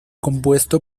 compuesto